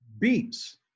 beets